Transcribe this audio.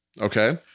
Okay